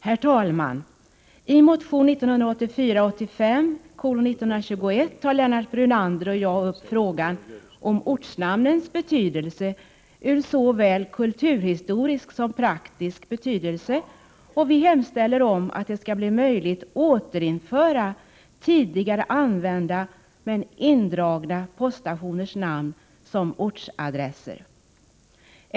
Herr talman! I motion 1984/85:921 tar Lennart Brunander och jag upp frågan om ortnamnens betydelse från såväl kulturhistorisk som praktisk synpunkt och hemställer om att det skall bli möjligt att återinföra tidigare använda men indragna poststationers namn som ortsadresser.